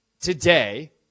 today